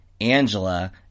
Angela